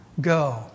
go